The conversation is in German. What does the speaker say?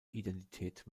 identität